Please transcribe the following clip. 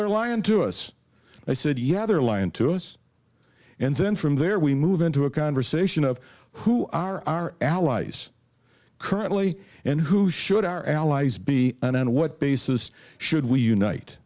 they're lying to us i said yeah they're lying to us and then from there we move into a conversation of who are our allies currently and who should our allies be and what basis should we unite